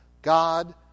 God